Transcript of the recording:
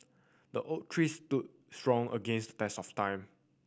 the oak tree stood strong against the test of time